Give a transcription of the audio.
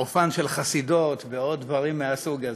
על מעופן של חסידות ועוד דברים מן הסוג הזה.